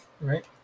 Right